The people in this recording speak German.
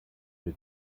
wir